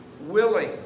willing